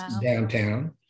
downtown